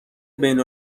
بین